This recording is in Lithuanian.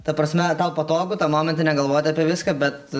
ta prasme tau patogu tą momentą negalvoti apie viską bet